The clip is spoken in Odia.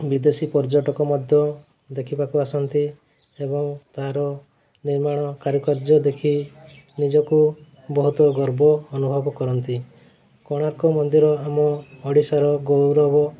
ବିଦେଶୀ ପର୍ଯ୍ୟଟକ ମଧ୍ୟ ଦେଖିବାକୁ ଆସନ୍ତି ଏବଂ ତା'ର ନିର୍ମାଣ କାରୁକାର୍ଯ୍ୟ ଦେଖି ନିଜକୁ ବହୁତ ଗର୍ବ ଅନୁଭବ କରନ୍ତି କୋଣାର୍କ ମନ୍ଦିର ଆମ ଓଡ଼ିଶାର ଗୌରବ